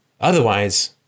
otherwise